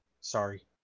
Sorry